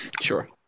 Sure